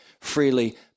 freely